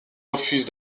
refuse